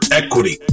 equity